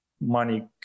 money